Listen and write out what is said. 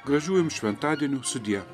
gražių jums šventadienių sudie